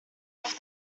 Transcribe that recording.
left